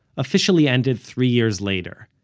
officially ended three years later,